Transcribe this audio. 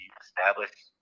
establish